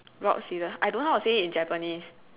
rocks scissors I don't know how to say it in Japanese